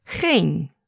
geen